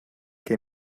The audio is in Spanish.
que